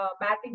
batting